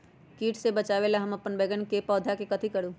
किट से बचावला हम अपन बैंगन के पौधा के कथी करू?